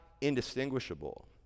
indistinguishable